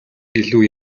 илүү